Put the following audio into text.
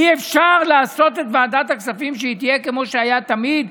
אי-אפשר לעשות את ועדת הכספים שהיא תהיה כמו שהייתה תמיד,